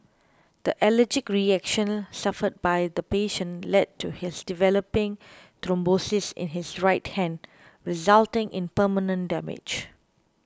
the allergic reaction suffered by the patient led to his developing thrombosis in his right hand resulting in permanent damage